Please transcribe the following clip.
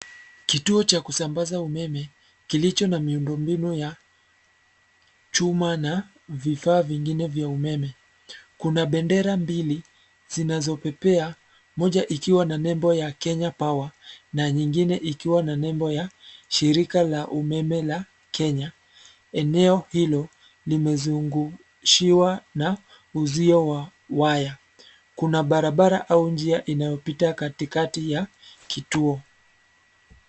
Kituo cha kusambaza umeme, kilicho na miundombinu ya chuma na vifaa vingine vya umeme. Kuna bendera mbili zinazopepea, moja ikiwa na nembo ya Kenya power na nyingine ikiwa na nembo ya shirika la umeme la Kenya. Eneo hilo, limezunguchiwa na uzio waya. Kuna barabara au njia inayopita katikati ya kituo.